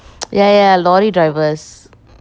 ya ya lorry drivers